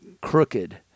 crooked